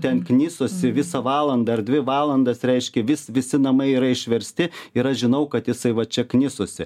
ten knisosi visą valandą ar dvi valandas reiškia vis visi namai yra išversti ir aš žinau kad jisai va čia knisosi